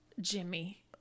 jimmy